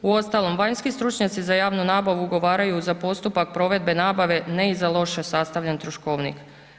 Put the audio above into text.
Uostalom, vanjski stručnjaci za javnu nabavu ugovaraju za postupka provedbe nabave, ne i za loše sastavljen troškovnik.